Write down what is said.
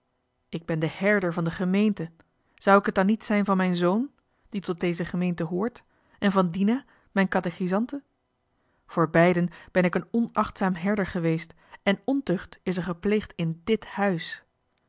ik ben de herder van de gemeente zou ik het dan niet zijn van mijn zoon die tot deze gemeente hoort en van dina mijn katechisante voor beiden ben ik een onachtzaam herder geweest en ontucht is er gepleegd in dit huis